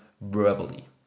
verbally